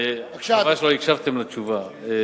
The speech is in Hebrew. ממש לא הקשבתם לתשובה.